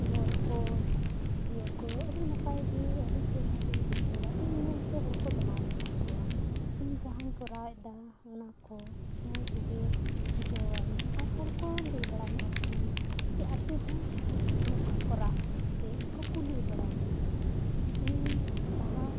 ᱢᱚᱨ ᱠᱚ ᱤᱭᱟᱹ ᱠᱚ ᱟᱹᱰᱤ ᱱᱟᱯᱟᱭ ᱜᱮ ᱟᱹᱰᱤ ᱪᱮᱨᱦᱟ ᱜᱤᱧ ᱵᱩᱡᱷᱟᱹᱣᱟ ᱤᱧ ᱧᱮᱞ ᱛᱮ ᱦᱚᱲ ᱠᱚ ᱵᱮᱱᱟᱣ ᱥᱟᱱᱟ ᱠᱚᱣᱟ ᱤᱧ ᱡᱟᱦᱟᱧ ᱠᱚᱨᱟᱣ ᱮᱫᱟ ᱚᱱᱟ ᱠᱚ ᱢᱚᱡᱽ ᱜᱮ ᱵᱩᱡᱷᱟᱹᱣᱟᱧ ᱟᱨ ᱦᱚᱲ ᱠᱚ ᱞᱟᱹᱭ ᱵᱟᱲᱟ ᱧᱚᱜ ᱟᱠᱚᱣᱟᱹᱧ ᱡᱮ ᱟᱯᱮ ᱦᱚᱸ ᱱᱚᱠᱟ ᱠᱚᱨᱟᱣ ᱤᱧ ᱯᱮ ᱤᱧ ᱠᱚ ᱠᱩᱞᱤᱭ ᱵᱟᱲᱟᱭ ᱧᱟᱢᱟ ᱤᱧ ᱵᱟᱦᱟ